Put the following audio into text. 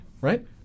Right